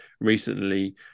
recently